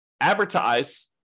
advertise